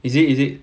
is it is it